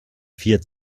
vier